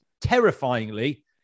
terrifyingly